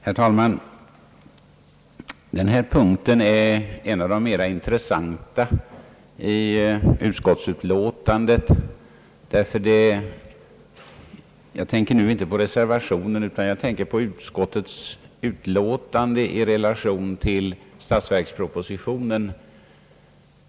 Herr talman! Denna punkt är en av de mera intressanta i utskottsutlåtandet. Jag tänker nu inte på reservationerna, utan jag tänker på utskottets utlåtande i relation = till statsverkspropositionen.